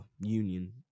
union